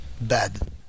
bad